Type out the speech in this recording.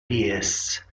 dies